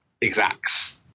exacts